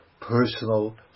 personal